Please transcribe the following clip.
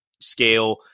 scale